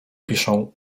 piszą